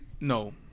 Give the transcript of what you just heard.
No